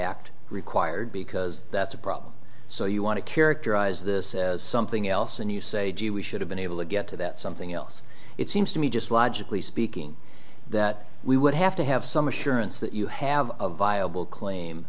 act required because that's a problem so you want to characterize this as something else and you say gee we should have been able to get to that something else it seems to me just logically speaking that we would have to have some assurance that you have a viable claim